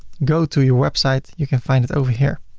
go to your website you can find it over here.